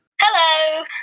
Hello